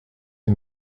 est